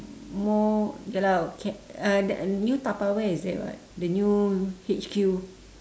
more ya lah can uh the new tupperware is there [what] the new H_Q